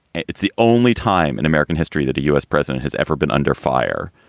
it's the only time in american history that a u s. president has ever been under fire.